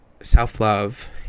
self-love